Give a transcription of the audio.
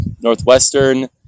Northwestern